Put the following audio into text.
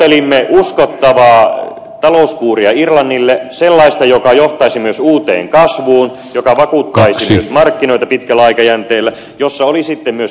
me tavoittelimme uskottavaa talouskuuria irlannille sellaista joka johtaisi myös uuteen kasvuun joka vakuuttaisi myös markkinoita pitkällä aikajänteellä ja jossa oli myös vakuusvaatimukset